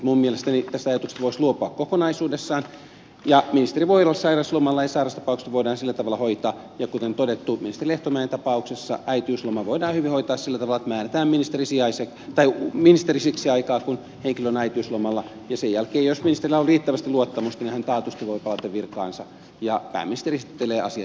minun mielestäni tästä ajatuksesta voisi luopua kokonaisuudessaan ja ministeri voi olla sairaslomalla ja sairastapaukset voidaan sillä tavalla hoitaa ja kuten todettu kuten ministeri lehtomäen tapauksessa äitiysloma voidaan hyvin hoitaa sillä tavalla että määrätään ministeri siksi aikaa kun henkilö on äitiyslomalla ja sen jälkeen jos ministerillä on riittävästi luottamusta hän taatusti voi palata virkaansa ja pääministeri esittelee asian sen mukaisesti